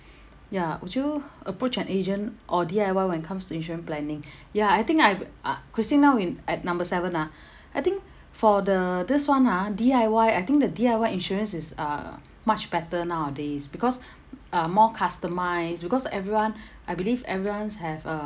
ya would you approach an agent or D_I_Y when comes to insurance planning ya I think I've uh christine now in at number seven ah I think for the this [one] ah D_I_Y I think the D_I_Y insurance is uh much better nowadays because uh more customised because everyone I believe everyone's have uh